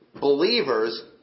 believers